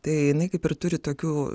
tai jinai kaip ir turi tokių